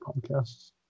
podcasts